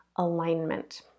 Alignment